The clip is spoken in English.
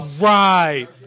Right